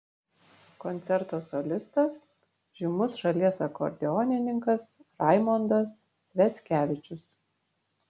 koncerto solistas žymus šalies akordeonininkas raimondas sviackevičius